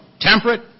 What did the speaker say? temperate